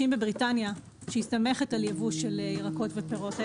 בבריטניה שמסתמכת על ייבוא של ירקות ופירות,